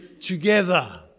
together